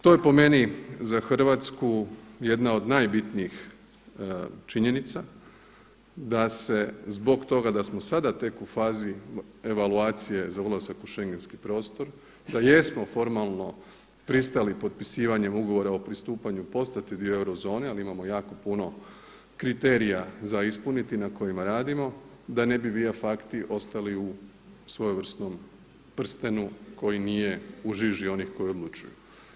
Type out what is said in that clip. To je po meni za Hrvatsku jedna od najbitnijih činjenica, da se zbog toga da smo sada tek u fazi evaluacije za ulazak u schengenski prostor, da jesmo formalno pristali potpisivanjem Ugovora o pristupanju postati dio eurozone, ali imamo jako puno kriterija za ispuniti na kojima radimo da ne bi via facti ostali u svojevrsnom prstenu koji nije u žiži onih koji odlučuju.